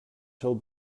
till